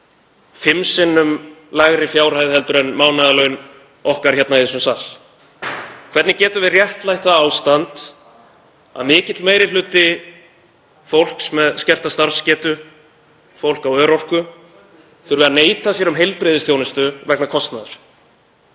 fimm sinnum lægri fjárhæð en mánaðarlaun okkar hérna í þessum sal? Hvernig getum við réttlætt það ástand að mikill meiri hluti fólks með skerta starfsgetu, fólk á örorku, þurfi að neita sér um heilbrigðisþjónustu vegna kostnaðar?